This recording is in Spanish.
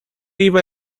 iba